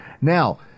Now